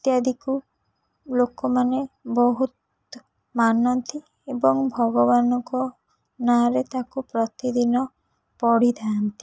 ଇତ୍ୟାଦିକୁ ଲୋକମାନେ ବହୁତ ମାନନ୍ତି ଏବଂ ଭଗବାନଙ୍କ ନାଁରେ ତାକୁ ପ୍ରତିଦିନ ପଢ଼ିଥାନ୍ତି